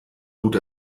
tut